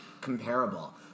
comparable